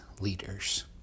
leaders